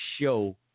show